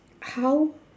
how